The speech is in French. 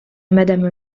madame